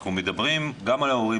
אנחנו מדברים גם על ההורים,